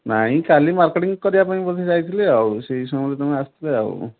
ନାହିଁ କାଲି ମାର୍କେଟିଂ କରିବା ପାଇଁ ବୋଧେ ଯାଇଥିଲି ଆଉ ସେଇ ସମୟରେ ତମେ ଆସିଥିଲ ଆଉ